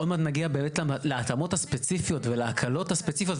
עוד מעט נגיע באמת להתאמות הספציפיות ולהקלות הספציפיות.